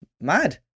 Mad